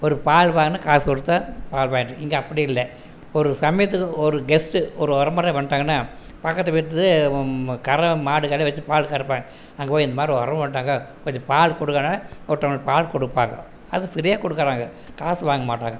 ஒரு பால் வாங்கினா காசு கொடுத்து தான் பால் பேக்கெட்டு இங்கே அப்படி இல்லை ஒரு சமயத்துக்கு ஒரு கெஸ்ட்டு ஒரு உறமுறை வந்துடாங்கனா பக்கத்து வீட்டுது கறவை மாடுகளை வெச்சு பால் கறப்பாங்க அங்கே போய் இந்த மாதிரி உறவு வந்துட்டாங்க கொஞ்சம் பால் கொடுங்கேன்னோனே ஒரு டம்ளர் பால் கொடுப்பாங்க அது ஃபிரீயாக கொடுக்கறாங்க காசு வாங்க மாட்டாங்க